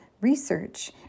research